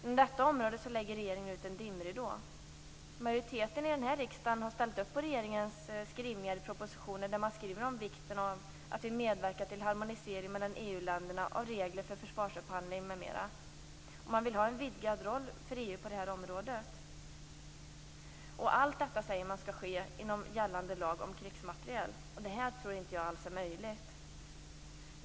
Inom detta område lägger regeringen ut en dimridå. Majoriteten i denna riksdag har ställt upp på regeringens skrivningar i propositionen, där man skriver om vikten av att vi medverkar till en harmonisering mellan EU-länderna av regler för försvarsupphandling m.m. Man vill ha en vidgad roll för EU på det här området. Allt detta skall ske, säger man, inom gällande lag om krigsmateriel. Det här tror jag inte är möjligt.